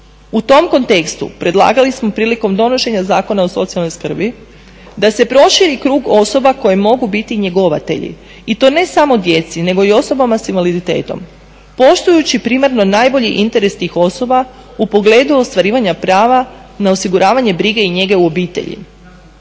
U tom kontekstu predlagali smo prilikom donošenja Zakona o socijalnoj skrbi da se proširi krug osoba koje mogu biti njegovatelji i to ne samo djeci nego i osobama s invaliditetom poštujući primarno najbolji interes tih osoba u pogledu ostvarivanja prava na osiguravanje brige i njege u obitelji.